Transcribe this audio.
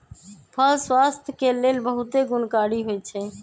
फल स्वास्थ्य के लेल बहुते गुणकारी होइ छइ